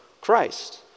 Christ